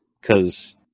cause